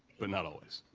but not always.